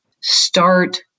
start